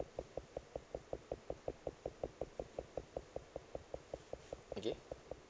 okay